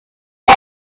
and